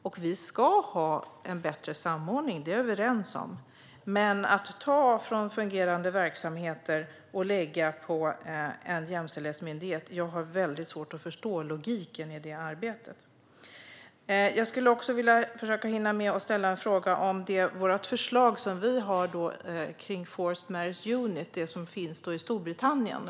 Vi är överens om det ska vara en bättre samordning, men jag har svårt att förstå logiken i att ta från fungerande verksamheter och lägga på en jämställdhetsmyndighet. Jag vill försöka hinna med att ställa en fråga om vårt förslag om The Forced Marriage Unit i Storbritannien.